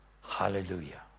Hallelujah